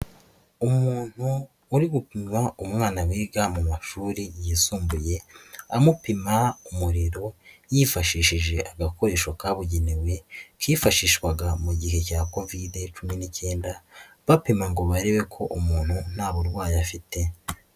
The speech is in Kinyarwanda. Umuntu uri gupima umwana wiga mu mashuri yisumbuye amupima umuriro yifashishije agakoresho kabugenewe kifashishwaga mu gihe cya Covid 19 bapima ngo barebe ko umuntu nta burwayi afite.